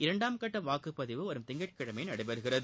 இரண்டாம் கட்ட வாக்குப்பதிவு வரும் திங்கட்கிழமை நடைபெறுகிறது